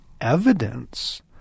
evidence